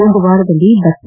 ಒಂದು ವಾರದಲ್ಲಿ ಭತ್ತ